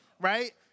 right